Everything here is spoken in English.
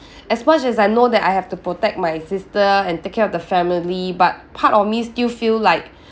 as much as I know that I have to protect my sister and take care of the family but part of me still feel like